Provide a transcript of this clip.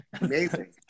Amazing